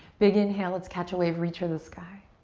big inhale, let's catch a wave. reach for the sky.